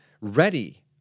ready